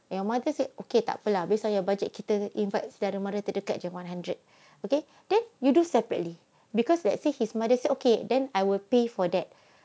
your mother say okay tak apa lah based on your budget kita invite saudara mara dekat jer one hundred okay then you do separately because let's say his mother say okay then I will pay for that